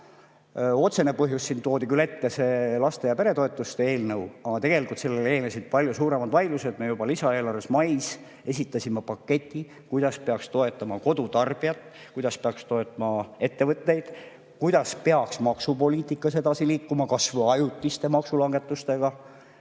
Otsese põhjusena siin toodi [välja] küll see laste‑ ja peretoetuste eelnõu, aga sellele eelnesid palju suuremad vaidlused. Me juba maikuus lisaeelarves esitasime paketi, kuidas peaks toetama kodutarbijat, kuidas peaks toetama ettevõtteid, kuidas peaks maksupoliitikaga edasi liikuma, kas või ajutiste maksulangetustega.